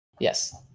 Yes